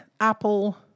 Apple